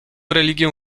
religią